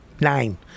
Nine